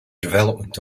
development